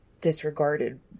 disregarded